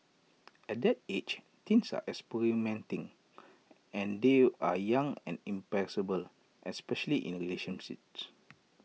at that age teens are experimenting and they are young and impressible especially in relationships